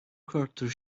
quarter